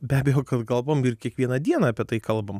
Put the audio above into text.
be abejo kad galvojom ir kiekvieną dieną apie tai kalbam